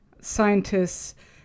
scientists